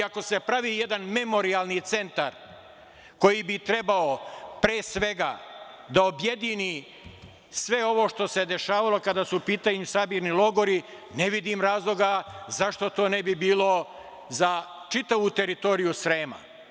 Ako se pravi jedan memorijalni centar koji bi trebao, pre svega, da objedini sve ovo što se dešavalo, kada su u pitanju sabirni logori, ne vidim razloga zašto to ne bi bilo za čitavu teritoriju Srema?